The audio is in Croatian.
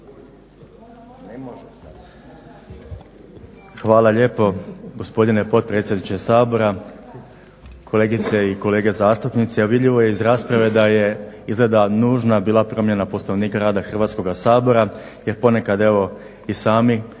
Hvala lijepo gospodine potpredsjedniče Sabora, kolegice i kolege zastupnici. A vidljivo je iz rasprave da je izgleda nužna bila promjena Poslovnika rada Hrvatskoga sabora jer ponekad evo i sami